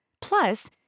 Plus